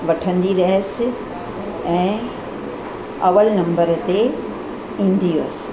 वठंदी रहियसि ऐं अवल नंबर ते ईंदी हुअसि